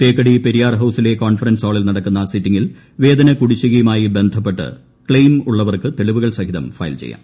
തേക്കടി ്പെരിയാർ ഹൌസിലെ ക്ലോൺഫറൻസ് ഹാളിൽ നടക്കുന്ന സിറ്റിംഗിൽ വേതന കുടിശ്ശികയുമായി ബന്ധപ്പെട്ട് ക്ലെയിം ഉള്ളവർക്ക് തെളിവുകൾ സഹിതം ഫയൽ ചെയ്യാം